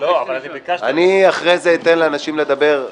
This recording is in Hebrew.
--- אני אחרי זה אתן לאנשים לדבר.